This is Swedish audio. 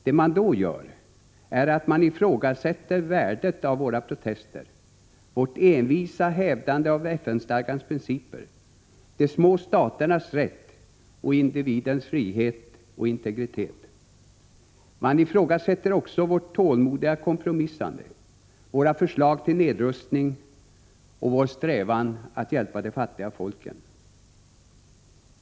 Det man då gör är att ifrågasätta värdet av våra protester och av vårt envisa hävdande av FN-stadgans principer om de små staternas rätt och individens frihet och integritet. Man ifrågasätter också vårt tålmodiga kompromissande, våra förslag till nedrustning och vår strävan att hjälpa de fattiga folken.